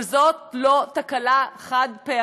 אבל זאת לא תקלה חד-פעמית,